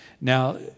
Now